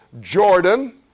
Jordan